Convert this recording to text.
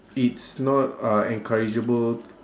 it's not uh encourageable